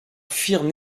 firent